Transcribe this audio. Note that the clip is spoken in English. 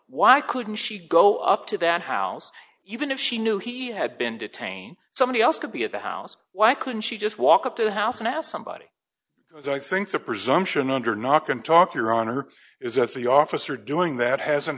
why couldn't she go up to that house even if she knew he had been detained somebody else could be at the house why couldn't she just walk up to the house and ask somebody i think the presumption under knock and talk your honor is that the officer doing that hasn't